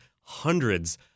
hundreds